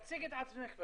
תציגי את עצמך.